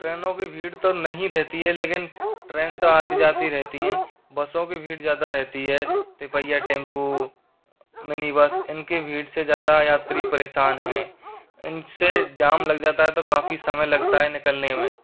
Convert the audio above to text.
ट्रेनों पे भीड़ तो नहीं रहती है लेकिन ट्रेन तो आती जाती रहती हैं बसों की भीड़ ज़्यादा रहती है तिपैया टेंपू मिनी बस इनकी भीड़ से ज़्यादा यात्री परेशान है इनसे जाम लग जाता है तो काफ़ी समय लगता है निकलने में